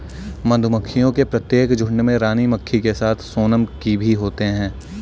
मधुमक्खियों के प्रत्येक झुंड में रानी मक्खी के साथ सोनम की भी होते हैं